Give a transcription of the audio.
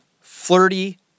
Flirty